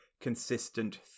consistent